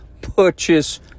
purchase